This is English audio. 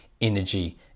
energy